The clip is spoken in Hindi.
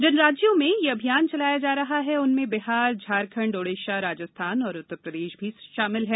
जिन राज्यों में यह अभियान चलाया जा रहा है उनमें बिहार झारखंड ओडिशा राजस्थान और उत्तर प्रदेश भी शामिल है